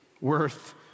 worth